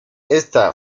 esta